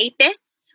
apis